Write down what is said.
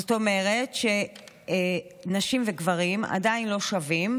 זאת אומרת שנשים וגברים עדיין לא שווים,